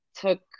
took